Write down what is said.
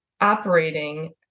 operating